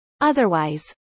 Otherwise